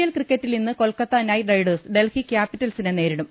L ക്രിക്ക റ്റിൽ ഇന്ന് കൊൽക്കത്ത നൈറ്റ് റൈഡേഴ്സ് ഡൽഹി ക്യാപ്പിറ്റൽസിനെ നേരിടും